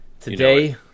Today